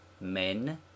men